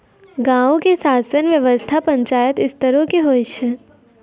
गांवो के शासन व्यवस्था पंचायत स्तरो के होय छै